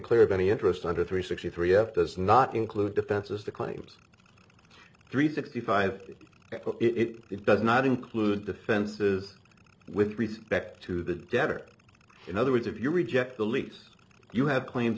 clear of any interest under three sixty three f does not include defenses the claims three sixty five it does not include defenses with respect to the debt or in other words if you reject the lease you have claims